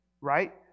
right